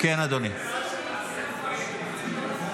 אני לא רוצה לעכב פה את כולם.